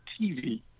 TV